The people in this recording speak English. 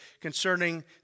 concerning